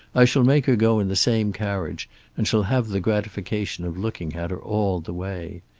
i shall make her go in the same carriage and shall have the gratification of looking at her all the way.